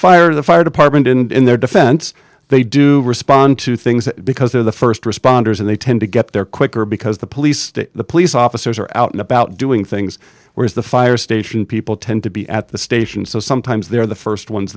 fire the fire department in their defense they do respond to things because they're the st responders and they tend to get there quicker because the police the police officers are out and about doing things whereas the fire station people tend to be at the station so sometimes they're the st ones